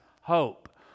hope